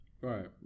right